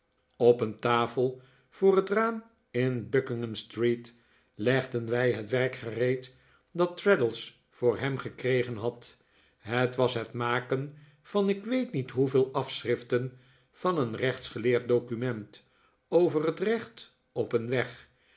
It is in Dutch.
op een tafel voor het raam in buckingham street legden wij het werk gereed dat traddles voor hem gekregen had het was het maken van ik weet niet hoeveel afschriften van een rechtsgeleerd document over het recht op een weg